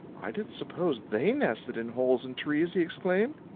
i didn't suppose they nested in holes in trees! he exclaimed.